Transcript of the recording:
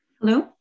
Hello